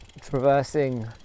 traversing